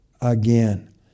again